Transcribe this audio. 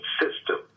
system